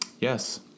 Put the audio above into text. Yes